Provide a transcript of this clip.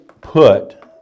put